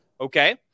Okay